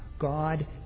God